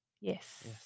Yes